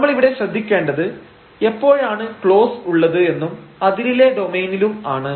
നമ്മൾ ഇവിടെ ശ്രദ്ധിക്കേണ്ടത് എപ്പോഴാണ് ക്ളോസ് ഉള്ളത് എന്നും അതിരിലെ ഡൊമെയ്നിലും ആണ്